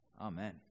Amen